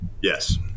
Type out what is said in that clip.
Yes